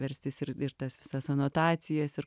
verstis ir ir tas visas anotacijas ir